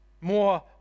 More